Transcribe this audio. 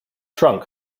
trunk